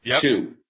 two